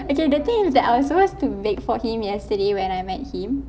okay the thing is that I was supposed to bake for him yesterday when I met him